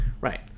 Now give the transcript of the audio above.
Right